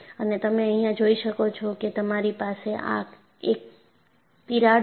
અને તમે અહીંયા જોઈ શકો છો કે મારી પાસે આ એક ક્રેક છે